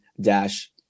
dash